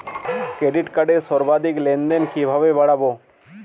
Credit কার্ডের সর্বাধিক লেনদেন কিভাবে বাড়াবো?